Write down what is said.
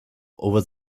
over